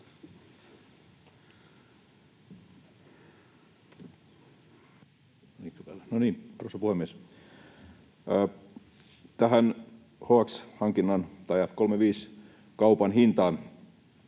Tähän HX-hankinnan tai F-35-kaupan hintaan